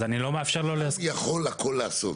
אז אני לא מאפשר לו --- היזם יכול הכול לעשות.